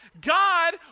God